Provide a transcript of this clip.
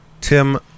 Tim